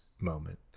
moment